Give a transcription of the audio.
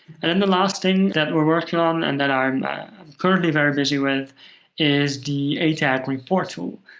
and then the last thing that we're working on and that are currently very busy with is the atag report tool,